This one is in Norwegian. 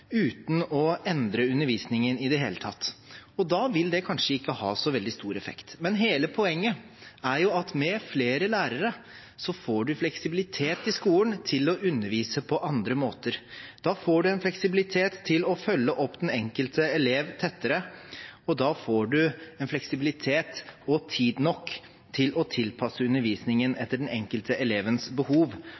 uten å endre undervisningen i det hele tatt. Da vil det kanskje ikke ha så veldig stor effekt. Men hele poenget er at med flere lærere får man fleksibilitet i skolen til å undervise på andre måter. Da får man en fleksibilitet til å følge opp den enkelte elev tettere, og da får man en fleksibilitet – og tid nok – til å tilpasse undervisningen etter den enkelte elevens behov.